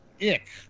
ick